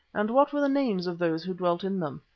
and what were the names of those who dwelt in them?